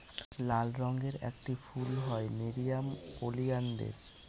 লাল রঙের একটি ফুল হয় নেরিয়াম ওলিয়ানদের